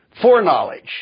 foreknowledge